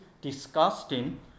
disgusting